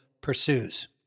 pursues